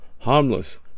harmless